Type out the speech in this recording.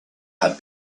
had